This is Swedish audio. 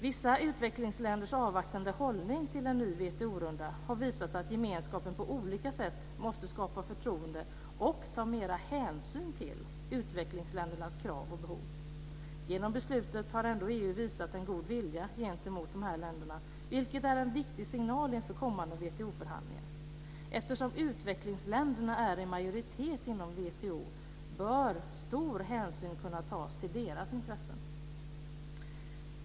Vissa utvecklingsländers avvaktande hållning till en ny WTO-runda har visat att gemenskapen på olika sätt måste skapa förtroende och ta mera hänsyn till utvecklingsländernas krav och behov. Genom beslutet har EU ändå visat en god vilja gentemot de här länderna, vilket är en viktig signal inför kommande WTO-förhandlingar. Eftersom utvecklingsländerna är i majoritet inom WTO bör stor hänsyn kunna tas till deras intressen.